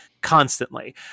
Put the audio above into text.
constantly